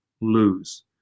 lose